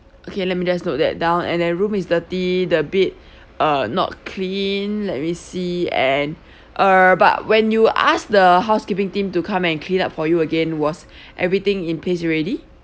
okay let me just note that down and the room is dirty the bed uh not clean let me see and uh but when you ask the housekeeping team to come and clean up for you again was everything in place already